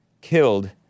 killed